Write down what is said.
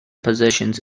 positions